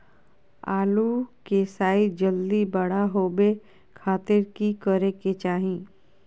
आलू के साइज जल्दी बड़ा होबे खातिर की करे के चाही?